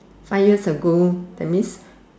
five years ago that means